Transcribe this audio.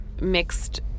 mixed